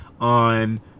on